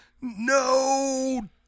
no